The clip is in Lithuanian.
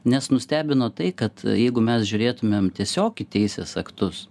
nes nustebino tai kad jeigu mes žiūrėtumėm tiesiog į teisės aktus